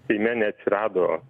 seime neatsirado